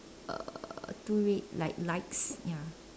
uh two red like lights ya